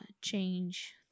change